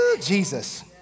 Jesus